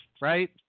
right